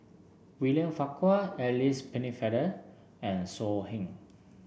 William Farquhar Alice Pennefather and So Heng